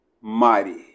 mighty